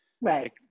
Right